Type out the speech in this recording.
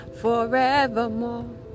forevermore